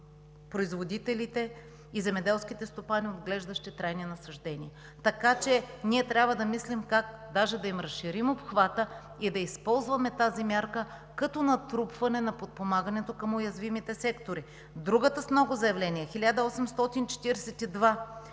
производителите и земеделските стопани, отглеждащи трайни насаждения. Така че ние трябва да мислим даже как да им разширим обхвата и да използваме тази мярка като натрупване на подпомагането към уязвимите сектори. Другата с много заявления – 1842